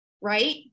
Right